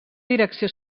direcció